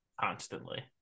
constantly